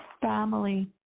family